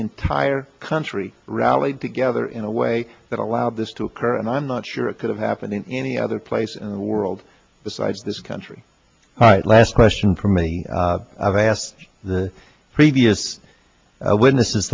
entire country rallied together in a way that allowed this to occur and i'm not sure it could have happened in any other place in the world besides this country all right last question for me i've asked the previous witnesses